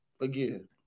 again